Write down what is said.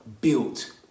built